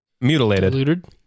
mutilated